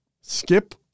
Skip